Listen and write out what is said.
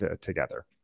together